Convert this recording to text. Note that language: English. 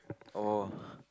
oh